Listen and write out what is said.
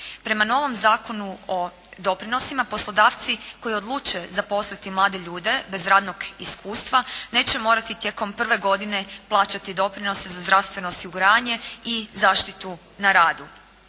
Prema novom Zakonu o doprinosima poslodavci koji odluče zaposliti mlade ljude bez radnog iskustva, neće morati tijekom prve godine plaćati doprinose za zdravstveno osiguranje i zaštitu na radu.